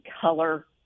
color